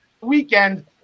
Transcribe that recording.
weekend